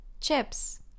Chips